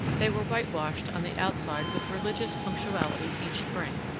they were whitewashed on the outside with religious punctuality each spring.